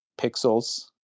pixels